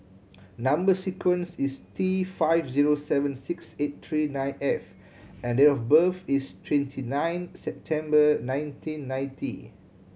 number sequence is T five zero seven six eight three nine F and date of birth is twenty nine September nineteen ninety